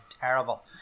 terrible